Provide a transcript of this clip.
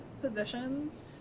positions